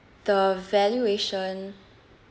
the valuation